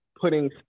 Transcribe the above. putting